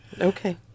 Okay